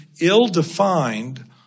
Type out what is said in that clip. ill-defined